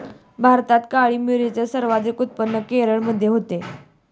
भारतात काळी मिरीचे सर्वाधिक उत्पादन केरळमध्ये होते